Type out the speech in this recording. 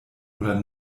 oder